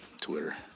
Twitter